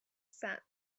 sand